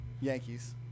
Yankees